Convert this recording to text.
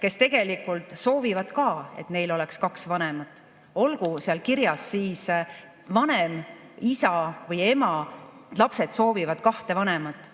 kes tegelikult soovivad ka, et neil oleks kaks vanemat. Olgu kusagil kirjas "vanem", "isa" või "ema" – lapsed soovivad kahte vanemat,